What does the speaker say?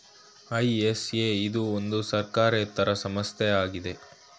ISO ಇದು ಒಂದು ಸರ್ಕಾರೇತರ ಸಂಸ್ಥೆ ಆಗಿದೆ